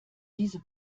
diese